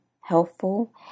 helpful